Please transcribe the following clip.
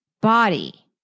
body